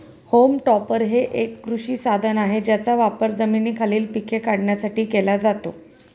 home topper हे एक कृषी साधन आहे ज्याचा वापर जमिनीखालील पिके काढण्यासाठी केला जातो